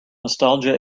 nostalgia